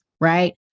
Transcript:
right